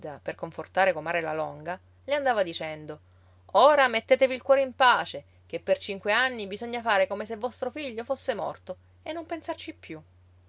per confortare comare la longa le andava dicendo ora mettetevi il cuore in pace che per cinque anni bisogna fare come se vostro figlio fosse morto e non pensarci più